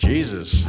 Jesus